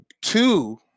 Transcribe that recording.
two